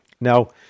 Now